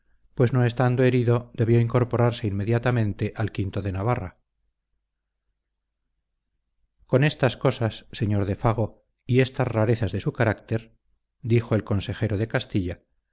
pues no estando herido debió incorporarse inmediatamente al o de navarra con estas cosas sr de fago y estas rarezas de su carácter dijo el consejero de castilla